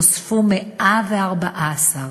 נוספו 114,